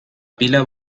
pila